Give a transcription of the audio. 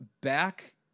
back